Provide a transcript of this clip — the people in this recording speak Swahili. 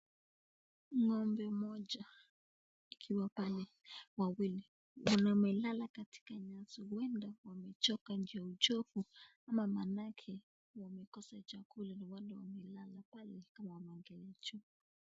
Ng'ombe mmoja, akiwa pale wawili, mwenye amelala katika nyasi. Huenda wamechoka ndio uchovu, ama maanake wamekosa chakula, ndio maana wamelala pale kama wanaongea hicho.